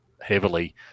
heavily